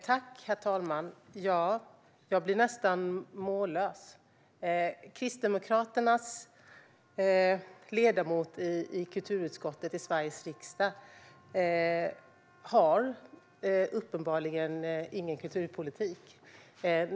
Herr talman! Jag blir nästan mållös. Kristdemokraternas ledamot i kulturutskottet i Sveriges riksdag har uppenbarligen inte någon kulturpolitik.